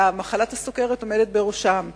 ומחלת הסוכרת עומדת בראשם.